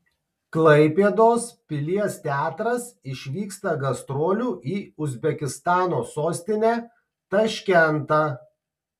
klaipėdos pilies teatras išvyksta gastrolių į uzbekistano sostinę taškentą